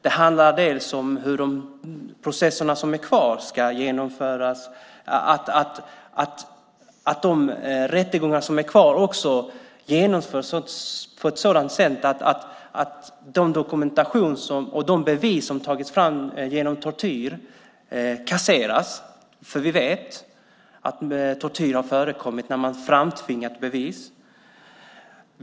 Det handlar också om hur de processer som är kvar ska genomföras, att de rättegångar som återstår genomförs på ett korrekt sätt och att den dokumentation och de bevis som tagits fram genom tortyr kasseras. Vi vet nämligen att tortyr förekommit för att framtvinga bevis.